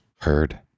Heard